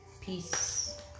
peace